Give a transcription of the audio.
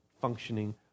functioning